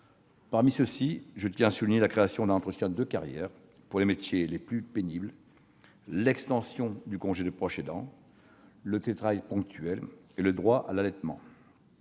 Parmi ceux-ci, je tiens à souligner la création d'un entretien de carrière pour les métiers les plus pénibles, l'extension du congé de proche aidant, le télétravail ponctuel et le droit à l'allaitement.